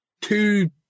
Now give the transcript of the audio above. two